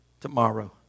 tomorrow